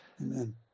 Amen